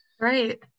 right